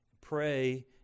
Pray